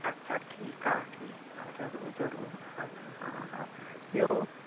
अच्छा ठीकु आहे ठीकु आहे ज़रूरु ज़रूरु हलो हा हा ॿियो